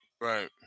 Right